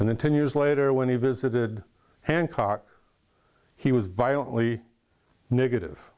and then ten years later when he visited hancock he was violently negative